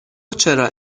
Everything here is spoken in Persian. چرا